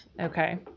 Okay